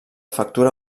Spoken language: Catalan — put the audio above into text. factura